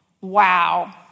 Wow